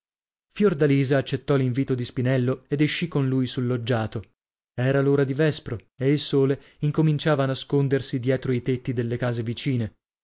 fiordalisa accettò l'invito di spinello ed escì con lui sul loggiato era l'ora di vespro e il sole incominciava a nascondersi dietro i tetti delle case vicine